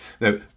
Now